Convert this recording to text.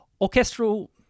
orchestral